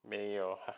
没有